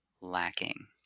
lacking